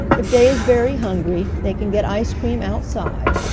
if dey is very hungry dey can get ice cream outside.